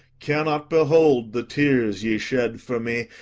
cannot behold the tears ye shed for me,